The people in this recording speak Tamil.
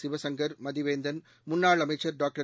சிவசங்கள் மதிவேந்தன் முன்னாள் அமைச்சர் டாக்டர்